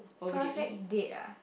perfect date ah